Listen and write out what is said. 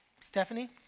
Stephanie